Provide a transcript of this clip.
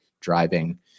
driving